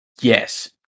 Yes